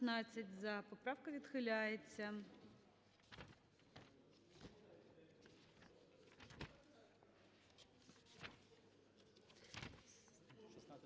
За-19 Поправка відхиляється.